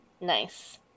nice